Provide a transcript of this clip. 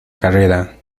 carrera